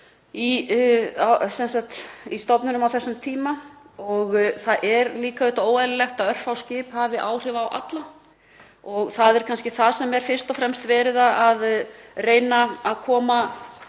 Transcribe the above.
í stofninum á þessum tíma. Það er líka óeðlilegt að örfá skip hafi áhrif á alla. Það er kannski það sem fyrst og fremst er verið að reyna að koma